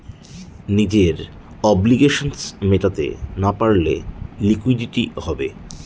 নিজের অব্লিগেশনস মেটাতে না পারলে লিকুইডিটি হবে